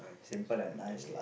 simple and nice lah